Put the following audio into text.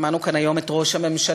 שמענו כאן היום את ראש הממשלה,